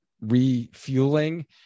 refueling